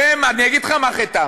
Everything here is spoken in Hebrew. שהם, אני אגיד לך מה חטאם: